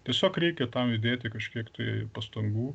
tiesiog reikia tam įdėti kažkiek tai pastangų